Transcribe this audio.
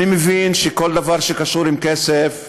אני מבין שכל דבר שקשור לכסף,